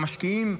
המשקיעים,